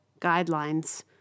guidelines